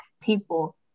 people